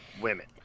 women